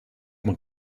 mijn